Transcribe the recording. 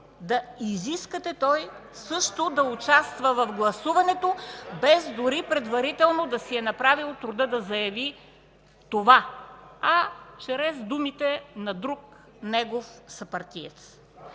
да изисквате той също да участва в гласуването, без дори предварително да си е направил труда да заяви това чрез думите на друг негов съпартиец.